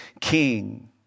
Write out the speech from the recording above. king